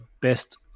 best